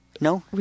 No